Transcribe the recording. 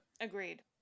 Agreed